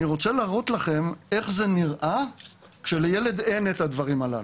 אני רוצה להראות לכם איך זה נראה כשלילד אין את הדברים הללו.